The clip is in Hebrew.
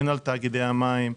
הן על תאגידי המים,